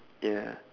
yeah